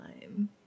time